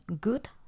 good